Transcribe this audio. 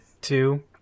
two